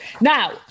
Now